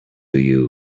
you